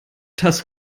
das